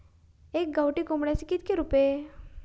एका गावठी कोंबड्याचे कितके रुपये?